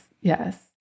Yes